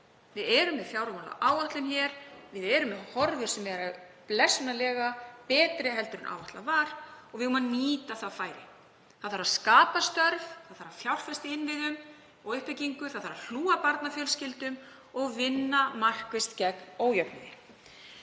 Við erum með fjármálaáætlun, við erum með horfur sem eru blessunarlega betri en áætlað var og við eigum að nýta það færi. Það þarf að skapa störf, fjárfesta í innviðum og uppbyggingu, það þarf að hlúa að barnafjölskyldum og vinna markvisst gegn ójöfnuði.